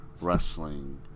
wrestling